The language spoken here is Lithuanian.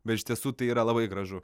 bet iš tiesų tai yra labai gražu